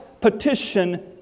petition